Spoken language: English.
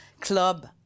club